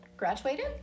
Graduated